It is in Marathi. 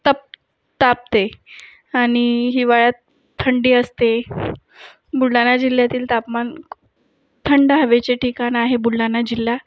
तप तापते आणि हिवाळ्यात थंडी असते बुलढाणा जिल्ह्यातील तापमान थंड हवेचे ठिकाण आहे बुलढाणा जिल्हा